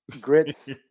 Grits